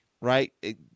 right